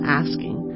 asking